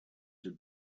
had